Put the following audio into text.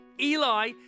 Eli